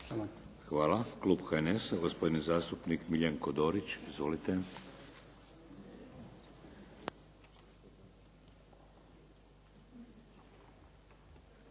Hvala. Klub HNS-a gospodin zastupnik Miljenko Dorić. Izvolite.